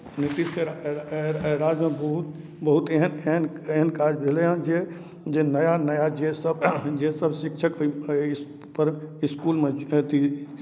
नीतीश के रा रा राज्यमे बहुत बहुत एहन एहन एहन काज भेलै हन जे जे नया नया जेसभ जेसभ शिक्षक एहि एहिपर इसकुलमे अथि